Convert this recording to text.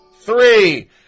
Three